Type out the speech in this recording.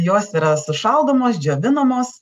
jos yra sušaldomos džiovinamos